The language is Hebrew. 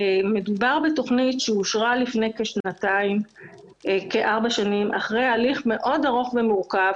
מדובר בתוכנית שאושרה לפני כארבע שנים אחרי הליך מאוד ארוך ומורכב